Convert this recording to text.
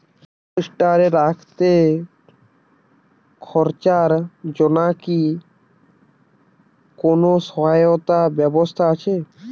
আলু স্টোরে রাখতে খরচার জন্যকি কোন সহায়তার ব্যবস্থা আছে?